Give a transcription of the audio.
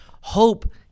Hope